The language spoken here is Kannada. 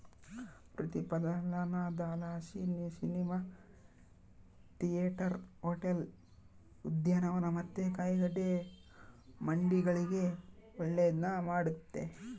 ಪ್ರತಿಫಲನದಲಾಸಿ ಸಿನಿಮಾ ಥಿಯೇಟರ್, ಹೋಟೆಲ್, ಉದ್ಯಾನವನ ಮತ್ತೆ ಕಾಯಿಗಡ್ಡೆ ಮಂಡಿಗಳಿಗೆ ಒಳ್ಳೆದ್ನ ಮಾಡೆತೆ